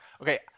okay